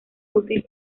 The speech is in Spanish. útil